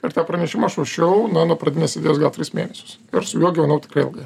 ir tą pranešimą aš ruošiau na nuo pradinės idėjos gal tris mėnesius ir su juo gyvenau tikrai ilgai